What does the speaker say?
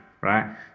right